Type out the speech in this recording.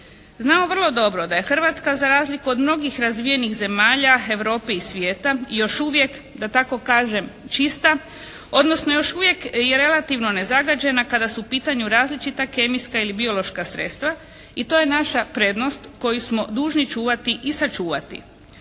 Znamo vrlo dobro da je Hrvatska za razliku od mnogih razvijenih zemalja Europe i svijeta još uvijek da tako kažem čista, odnosno još uvijek je relativno nezagađena kada su u pitanju različita kemijska ili biološka sredstva i to je naša prednost koju smo dužni čuvati i sačuvati.